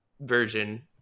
version